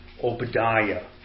Obadiah